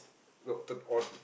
no turn-on